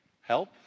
Help